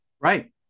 Right